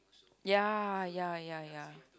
ya ya ya ya